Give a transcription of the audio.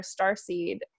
Starseed